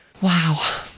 Wow